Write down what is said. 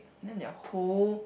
then their whole